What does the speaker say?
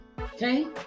Okay